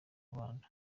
rwanda